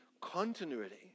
continuity